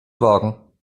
wagen